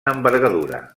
envergadura